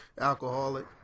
Alcoholic